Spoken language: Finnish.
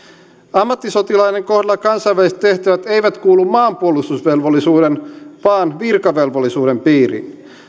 ammattisotilaiden kohdalla kansainväliset tehtävät eivät kuulu maanpuolustusvelvollisuuden vaan virkavelvollisuuden piiriin